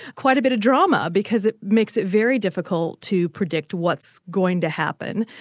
quite a bit of drama, because it makes it very difficult to predict what's going to happen,